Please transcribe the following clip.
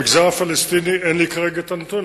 במגזר הפלסטיני אין לי כרגע הנתון,